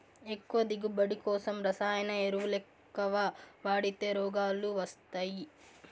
ఎక్కువ దిగువబడి కోసం రసాయన ఎరువులెక్కవ వాడితే రోగాలు వస్తయ్యి